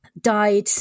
died